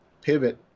pivot